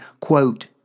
quote